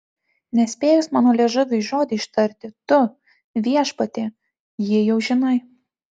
nespėjus mano liežuviui žodį ištarti tu viešpatie jį jau žinai